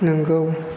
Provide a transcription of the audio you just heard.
नोंगौ